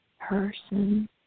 person